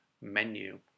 menu